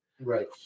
Right